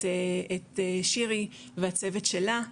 את שירי והצוות שלה,